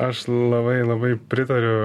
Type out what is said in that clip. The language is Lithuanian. aš labai labai pritariu